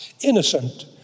innocent